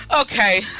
Okay